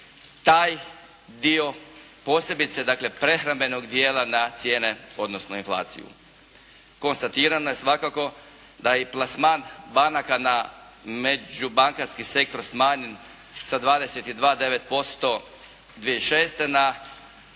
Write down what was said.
taj dio, posebice dakle prehrambenog dijela na cijene odnosno inflaciju. Konstatirano je svakako da je i plasman banaka na međubankarski sektor smanjen sa 22,9% 2006., na